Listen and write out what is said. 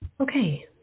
Okay